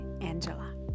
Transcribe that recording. angela